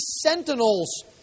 sentinels